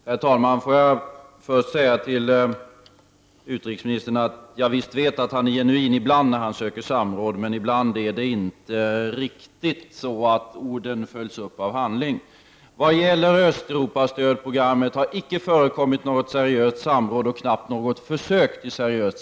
Herr talman! Jag vet att utrikesministern ibland är genuin när han söker samråd, men ibland följs orden inte riktigt av handling. I fråga om Östeuropastödprogrammet har det icke förekommit något seriöst samråd och knappt ens något försök till det.